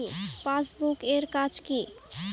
Passbook এর কাজ কি?